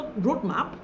roadmap